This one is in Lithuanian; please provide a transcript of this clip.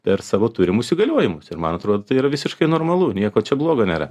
per savo turimus įgaliojimus ir man atrodo tai yra visiškai normalu nieko čia blogo nėra